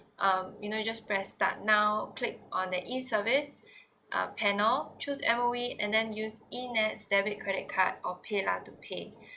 um you know you just press start now click on that e service uh panel choose M_O_E and then use e net debit credit card or paylah to pay